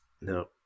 no